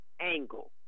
angle